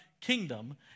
kingdom